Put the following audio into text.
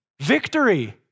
Victory